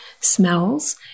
smells